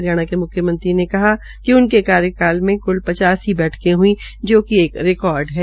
हरियाणा के मुख्यमंत्री ने कहा कि उनके कार्यकाल में कुल पचासी बैठके हई जो कि एक रिकार्ड है